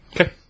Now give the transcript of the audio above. Okay